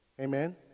Amen